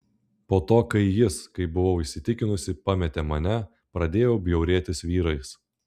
po to kai jis kaip buvau įsitikinusi pametė mane pradėjau bjaurėtis vyrais